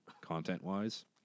content-wise